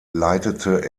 leitete